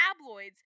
tabloids